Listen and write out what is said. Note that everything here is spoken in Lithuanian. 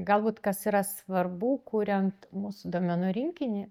galbūt kas yra svarbu kuriant mūsų duomenų rinkinį